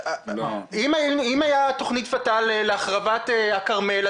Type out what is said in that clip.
אם הייתה תכנית ות"ל להחרבת הכרמל,